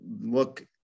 look